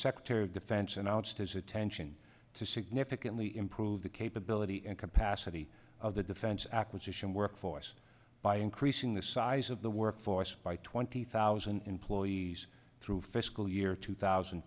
secretary of defense and i'll just his attention to significantly improve the capability and capacity of the defense acquisition workforce by increasing the size of the workforce by twenty thousand employees through fiscal year two thousand